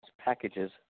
packages